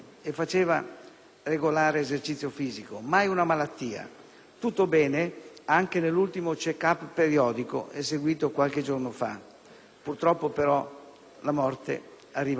regolare esercizio fisico. Mai una malattia. Tutto bene anche nell'ultimo *check up* periodico, eseguito qualche giorno fa. Purtroppo, però, la morte arriva lo stesso.